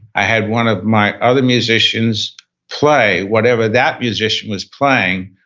i had one of my other musicians play whatever that musician was playing,